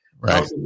Right